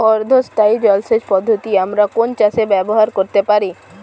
অর্ধ স্থায়ী জলসেচ পদ্ধতি আমরা কোন চাষে ব্যবহার করতে পারি?